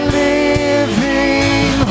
living